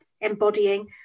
embodying